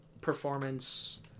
performance